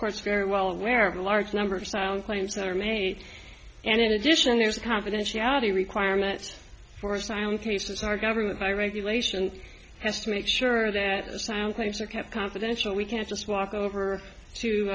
course fairly well aware of the large number of sound claims that are made and in addition there's confidentiality requirements for asylum cases our government by regulation has to make sure that sound claims are kept confidential we can't just walk over to